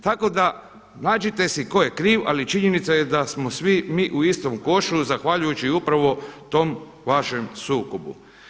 Tako da nađite si tko je kriv ali činjenica je da smo svi mi u istom košu zahvaljujući upravo tom vašem sukobu.